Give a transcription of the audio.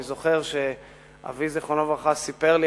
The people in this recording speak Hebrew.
אני זוכר שאבי זיכרונו לברכה סיפר לי